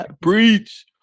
Breach